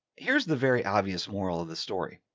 here's the very obvious moral of the story.